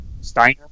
Steiner